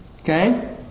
Okay